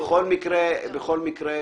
בכל מקרה,